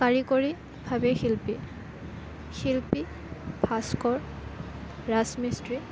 কাৰিকৰীভাৱেই শিল্পী শিল্পী ভাস্কৰ ৰাজমিস্ত্ৰী